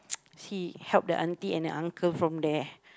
see help the aunty and the uncle from there